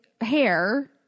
hair